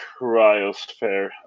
cryosphere